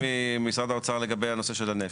ממשרד האוצר לגבי הנושא של הנפט.